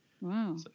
Wow